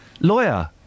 lawyer